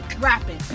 rapping